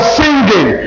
singing